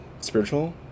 spiritual